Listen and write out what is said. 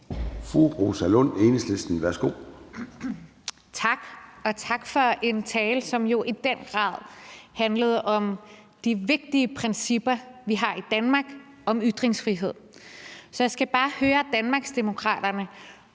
Rosa Lund (EL): Tak. Og tak for en tale, som jo i den grad handlede om et af de vigtige principper, vi har i Danmark, om ytringsfrihed. Så jeg skal bare høre Danmarksdemokraterne,